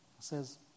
Says